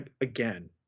again